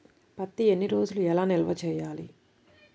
పత్తి ఎన్ని రోజులు ఎలా నిల్వ ఉంచాలి?